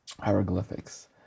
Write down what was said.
hieroglyphics